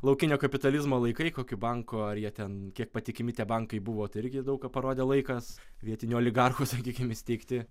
laukinio kapitalizmo laikai kokiu banku ar jie ten kiek patikimi tie bankai buvo tai irgi daug ką parodė laikas vietinių oligarchų sakykim įsteigti